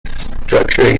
structuring